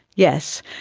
yes,